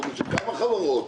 של כמה חברות,